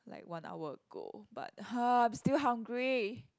like one hour ago but !huh! I'm still hungry